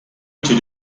into